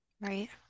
Right